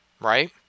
right